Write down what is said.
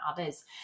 others